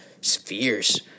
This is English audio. spheres